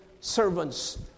servants